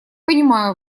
понимаю